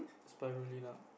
Spirulina